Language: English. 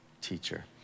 teacher